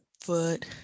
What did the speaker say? foot